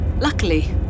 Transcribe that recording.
Luckily